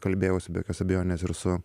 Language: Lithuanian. kalbėjausi be jokios abejonės ir su